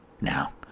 Now